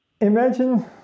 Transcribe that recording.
Imagine